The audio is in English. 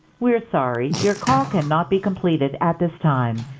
we're sorry, your call cannot be completed at this time.